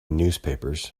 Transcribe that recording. newspapers